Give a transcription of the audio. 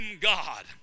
god